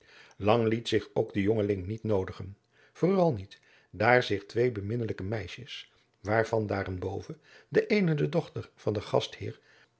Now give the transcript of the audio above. lang liet zich ook de jongeling niet noodigen vooral niet daar zich twee beminnelijke meisjes waarvan daarenboven de eene de dochter van den gastheer